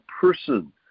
person